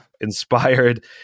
inspired